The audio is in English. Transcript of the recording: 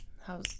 how's